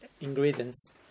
ingredients